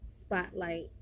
spotlight